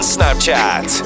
Snapchat